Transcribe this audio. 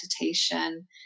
meditation